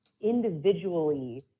individually